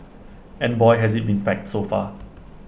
and boy has IT been packed so far